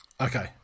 Okay